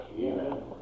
Amen